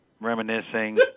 reminiscing